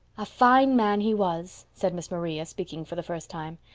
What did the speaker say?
a fine man he was, said miss maria, speaking for the first time.